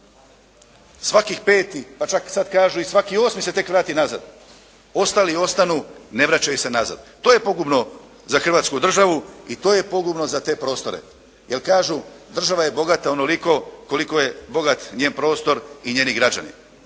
svaki peti, pa čak sad kažu i svaki osmi se tek vrati nazad. Ostali ostanu, ne vraćaju se nazad. To je pogubno za Hrvatsku državu i to je pogubno za te prostore, jer kažu država je bogata onoliko koliko je bogat njen prostor i njeni građani.